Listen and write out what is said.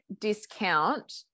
discount